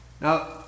Now